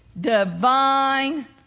divine